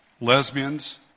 lesbians